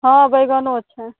हाँ बैगनो छै